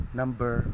number